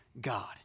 God